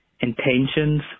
intentions